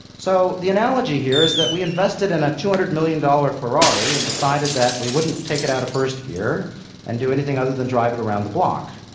so the analogy here is that we invested in a two hundred million dollars ferrari and decided that we wouldn't take it out of first gear and do anything other than drive it around the block.